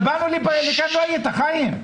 אבל באנו לכאן ולא היית כאן, חיים.